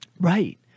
Right